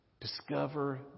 Discover